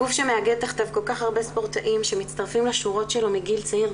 גוף שמאגד תחתיו כל כך הרבה ספורטאים שמצטרפים לשורות שלו מגיל צעיר,